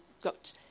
got